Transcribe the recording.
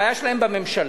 הבעיה שלהם בממשלה,